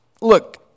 look